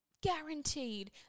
guaranteed